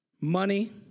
Money